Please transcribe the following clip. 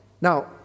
Now